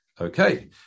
Okay